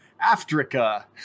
Africa